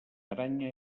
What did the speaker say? aranya